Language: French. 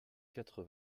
quatre